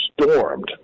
stormed